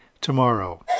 tomorrow